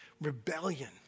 Rebellion